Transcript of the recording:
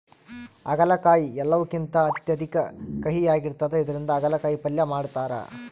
ಆಗಲಕಾಯಿ ಎಲ್ಲವುಕಿಂತ ಅತ್ಯಧಿಕ ಕಹಿಯಾಗಿರ್ತದ ಇದರಿಂದ ಅಗಲಕಾಯಿ ಪಲ್ಯ ಮಾಡತಾರ